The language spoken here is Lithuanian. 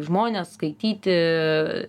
žmones skaityti